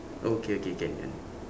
okay okay can can